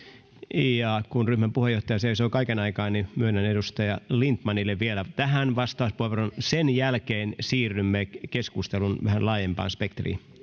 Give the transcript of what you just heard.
ja kun ryhmän puheenjohtaja seisoo kaiken aikaa niin myönnän edustaja lindtmanille vielä tähän vastauspuheenvuoron sen jälkeen siirrymme keskustelun vähän laajempaan spektriin